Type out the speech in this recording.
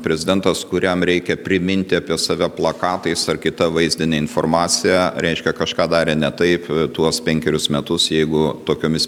prezidentas kuriam reikia priminti apie save plakatais ar kitą vaizdine informacija reiškia kažką darė ne taip tuos penkerius metus jeigu tokiomis